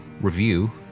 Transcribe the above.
review